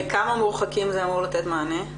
לכמה מורחקים זה אמור לתת מענה?